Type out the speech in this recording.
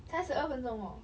才十二分钟哦